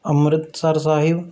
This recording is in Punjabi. ਅੰਮ੍ਰਿਤਸਰ ਸਾਹਿਬ